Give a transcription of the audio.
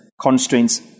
constraints